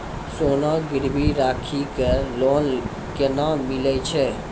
सोना गिरवी राखी कऽ लोन केना मिलै छै?